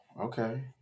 Okay